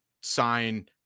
sign